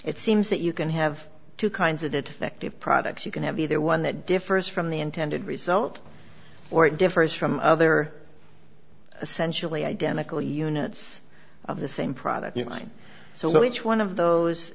it seems that you can have two kinds of that affect of products you can have either one that differs from the intended result or it differs from other essentially identical units of the same product so each one of those